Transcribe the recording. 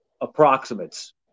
approximates